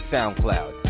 SoundCloud